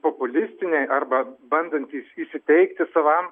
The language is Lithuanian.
populistiniai arba bandantys įsiteikti savam